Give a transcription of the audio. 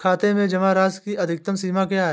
खाते में जमा राशि की अधिकतम सीमा क्या है?